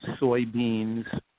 soybeans